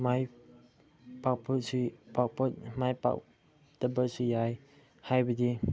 ꯃꯥꯏ ꯄꯥꯛꯄꯁꯤ ꯄꯥꯛꯄ ꯃꯥꯏ ꯄꯥꯛꯇꯕꯁꯨ ꯌꯥꯏ ꯍꯥꯏꯕꯗꯤ